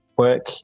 work